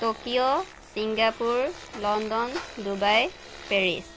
Tokyo Singapore London Dubai Paris